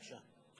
גברתי בבקשה.